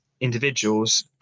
individuals